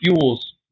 fuels